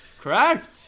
Correct